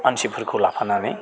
मानसिफोरखौ लाफानानै